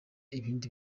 ibindi